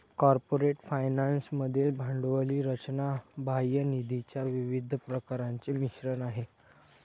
corporate finance मधील भांडवली रचना बाह्य निधीच्या विविध प्रकारांचे मिश्रण आहे